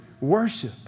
worship